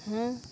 हाँ